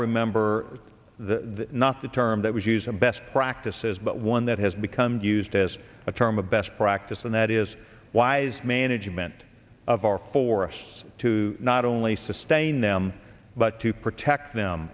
remember the not the term that was used in best practices but one that has become used as a term of best practice and that is wise management of our for us to not only sustain them but to protect them